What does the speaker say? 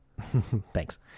Thanks